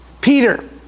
Peter